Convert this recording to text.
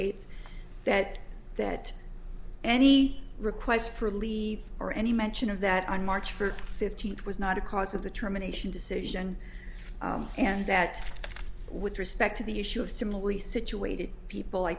eighth that that any request for leave or any mention of that on march first fifteenth was not a cause of the termination decision and that with respect to the issue of similarly situated people i